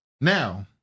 Now